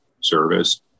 service